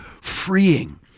freeing